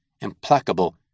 implacable